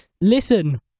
Listen